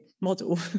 model